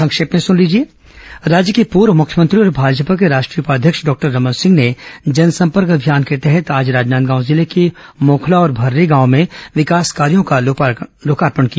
संक्षिप्त समाचार राज्य के पूर्व मुख्यमंत्री और भाजपा के राष्ट्रीय उपाध्यक्ष डॉक्टर रमन सिंह ने जनसंपर्क अभियान के तहत आज राजनांदगांव जिर्ल के मोखला और भरे गाव में विकास कार्यों का लोकार्पण किया